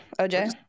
OJ